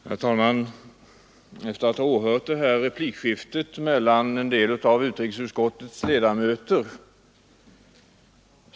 Herr talman! Jag måste säga att man blir inte särskilt glad när man lyssnar på replikskiftet mellan en del av utrikesutskottets ledamöter.